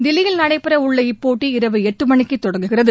தில்லியில் நடைபெறவுள்ள இப்போட்டி இரவு எட்டு மணிக்கு தொடங்குகிறது